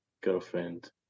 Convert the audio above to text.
girlfriend